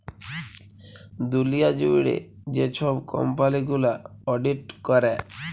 দুঁলিয়া জুইড়ে যে ছব কম্পালি গুলা অডিট ক্যরে